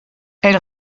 elle